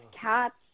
cats